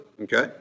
Okay